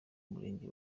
murenge